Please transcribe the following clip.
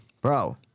Bro